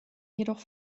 jedoch